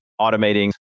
automating